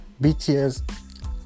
BTS